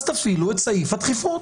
אז תפעילו את סעיף הדחיפות.